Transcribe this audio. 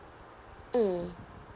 mm